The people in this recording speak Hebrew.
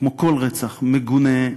כמו כל רצח, מגונה,